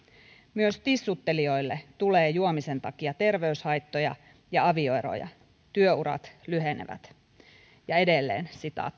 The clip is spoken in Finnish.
myös tissuttelijoille tulee juomisen takia terveyshaittoja ja avioeroja työurat lyhenevät ja edelleen